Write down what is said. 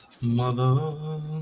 mother